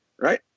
right